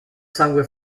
sangue